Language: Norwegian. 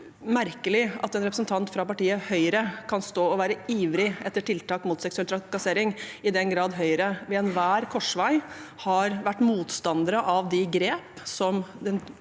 merkelig at en representant fra partiet Høyre kan stå og være ivrig etter tiltak mot seksuell trakassering all den tid Høyre ved enhver korsvei har vært motstandere av de grepene som den